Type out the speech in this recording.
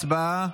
הצבעה.